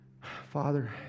Father